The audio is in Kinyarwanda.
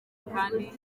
kandi